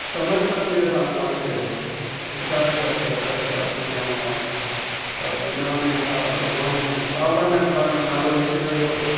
समाज शक्तिअ सां पाण खे वीचार करे घर खे अॻिते वधाइणो आहे त दुनिया में छा भॻवान जे किताब में तव्हांजो नालो लिखियो वेंदो